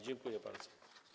Dziękuję bardzo.